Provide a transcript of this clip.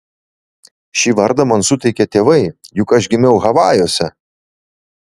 šį vardą man suteikė tėvai juk aš gimiau havajuose